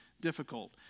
difficult